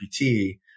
GPT